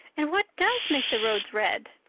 and what does make the roads red?